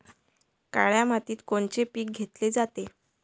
काळ्या मातीत कोनचे पिकं घेतले जाते?